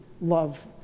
love